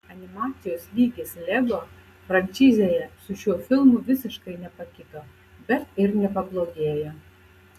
animacijos lygis lego frančizėje su šiuo filmu visiškai nepakito bet ir nepablogėjo